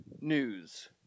news